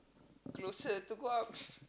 closer to go out